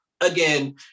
again